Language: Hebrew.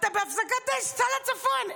אתה בהפסקת אש, סע לצפון.